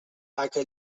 haca